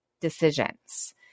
decisions